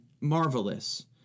marvelous